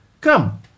Come